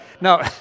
No